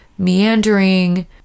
meandering